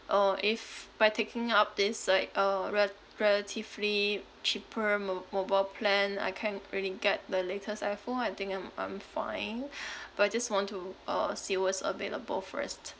or if by taking up this like uh relat~ relatively cheaper mo~ mobile plan I can't really get the latest iphone I think I'm I'm fine but I just want to uh see what's available first